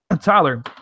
Tyler